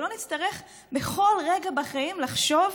שלא נצטרך בכל רגע בחיים לחשוב: